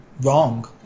wrong